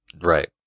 right